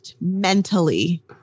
mentally